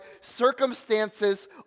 circumstances